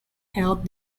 held